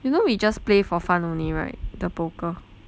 you know we just play for fun only right the poker